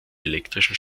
elektrischen